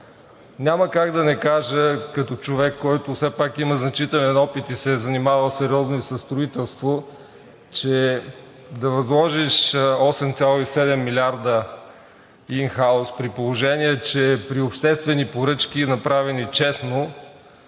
Няма как да не кажа като човек, който все пак има значителен опит и се е занимавал сериозно със строителство, че да възложиш 8,7 милиарда ин хаус, при положение че при обществени поръчки, направени честно,